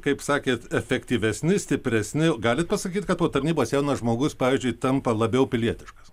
kaip sakėt efektyvesni stipresni galit pasakyt kad po tarnybos jaunas žmogus pavyzdžiui tampa labiau pilietiškas